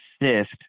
assist